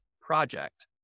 project